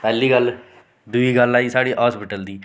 पैह्ली गल्ल दुई गल्ल आई साढ़ी हास्पिटल दी